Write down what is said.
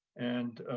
and,